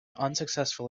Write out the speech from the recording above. unsuccessful